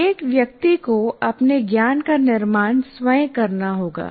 प्रत्येक व्यक्ति को अपने ज्ञान का निर्माण स्वयं करना होगा